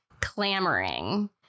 clamoring